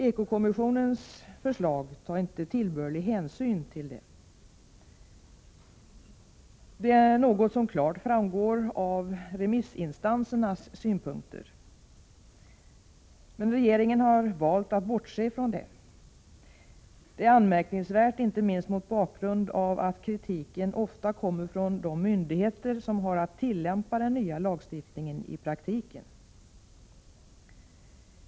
Eko-kommissionen tar i sitt förslag inte tillbörlig hänsyn till dessa faktorer — något som klart framgår av remissinstansernas synpunkter. Regeringen har valt att bortse från detta. Det är anmärkningsvärt, inte minst mot bakgrund av att kritiken ofta kommer från de myndigheter som har att tillämpa den nya lagstiftningen i praktiken.